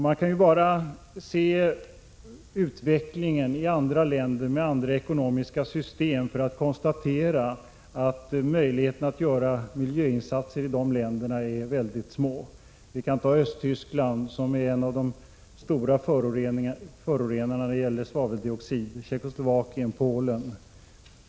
Man behöver bara se på utvecklingen i länder med andra ekonomiska system för att kunna konstatera att möjligheterna att göra miljöinsatser i de länderna är väldigt små. Jag kan nämna Östtyskland, som är en av de stora förorenarna när det gäller svaveldioxid, Tjeckoslovakien och Polen.